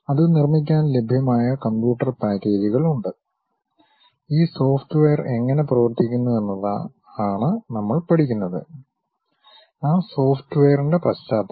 അത് നിർമ്മിക്കാൻ ലഭ്യമായ കമ്പ്യൂട്ടർ പാക്കേജുകൾ ഉണ്ട് ഈ സോഫ്റ്റ്വെയർ എങ്ങനെ പ്രവർത്തിക്കുന്നുവെന്നതാണ് നമ്മൾ പഠിക്കുന്നത് ആ സോഫ്റ്റ് വെയറിൻ്റെ പശ്ചാത്തലം